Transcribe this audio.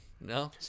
No